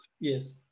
Yes